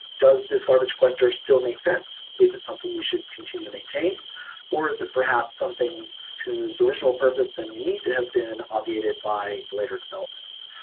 does this garbage collector still make sense? is it something we should continue to maintain or is it perhaps something whose original purpose and need to have been obviated by later developments?